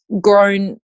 grown